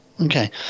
Okay